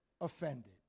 offended